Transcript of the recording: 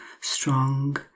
strong